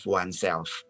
oneself